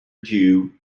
due